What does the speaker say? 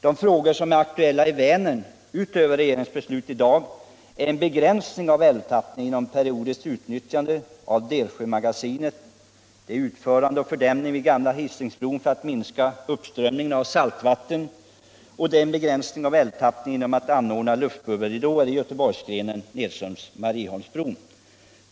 De frågor som är aktuella när det gäller Vänern, förutom dem som tas upp i regeringsbeslutet i dag, är en begränsning av älvtappningen genom periodiskt utnyttjande av Delsjömagasinet, vidare utförande av fördämning vid gamla Hisingsbron för att minska uppströmning av saltvatten samt begränsning av älvtappningen genom att anordna luftbubbelridåer i Göteborgsgrenen nedströms Marieholmsbron.